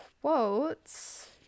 quotes